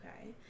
Okay